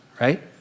right